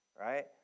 right